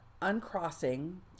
uncrossing